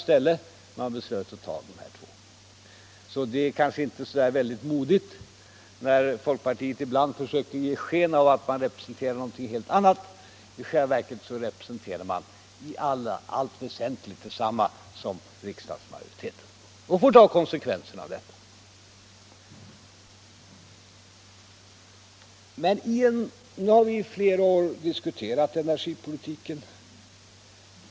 Man beslöt sig för att ta även de övriga två. Det är därför kanske inte särskilt modigt när folkpartiet försöker ge sken av att representera något annat. I själva verket representerar man i allt väsentligt riksdagsmajoriteten — och får ta konsekvenserna av detta. Nu har vi i flera år diskuterat energipolitiken.